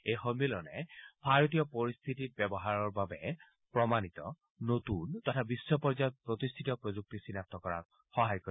এই সন্মিলনে ভাৰতীয় পৰিস্থিতিত ব্যৱহাৰৰ বাবে প্ৰমাণিত নতুন তথা বিশ্ব পৰ্যায়ত প্ৰতিষ্ঠিত প্ৰযুক্তি চিনাক্ত কৰাত কৰিব